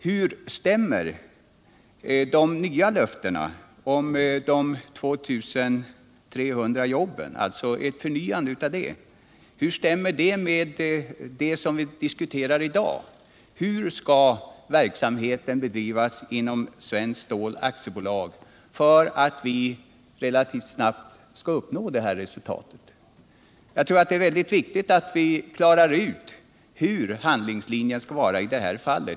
Hur stämmer de nya löftena om de 2 300 nya jobben med det vi diskuterar i dag? Hur skall verksamheten bedrivas inom Svenskt Stål AB för att vi relativt snabbt skall uppnå detta resultat? Jag tror att det är riktigt att vi klarar ut vilka handlingslinjer vi bör följa i detta fall.